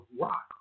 rock